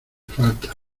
falta